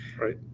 Right